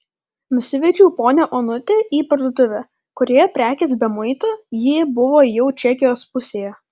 nusivedžiau ponią onutę į parduotuvę kurioje prekės be muito ji buvo jau čekijos pusėje